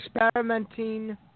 experimenting